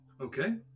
Okay